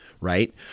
right